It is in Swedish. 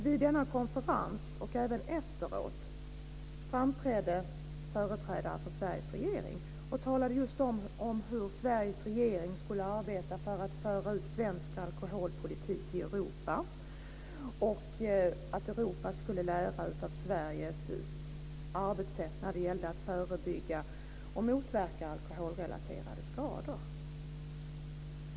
Vid denna konferens och även efteråt framträdde företrädare för Sveriges regering och talade om hur Sveriges regering skulle arbeta för att föra ut svensk alkoholpolitik i Europa och att Europa skulle lära av Sveriges arbetssätt när det gäller att förebygga och motverka alkoholrelaterade skador.